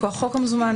מכוח חוק המזומן,